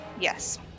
Yes